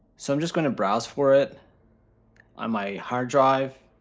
so i'm just gonna browse for it on my hard drive.